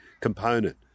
component